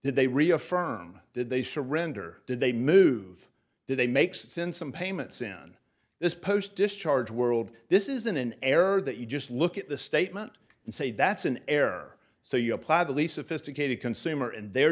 did they reaffirm did they surrender did they move did they make sense some payments in this post discharge world this isn't an error that you just look at the statement and say that's an error so you apply the lease of physic a to consumer and they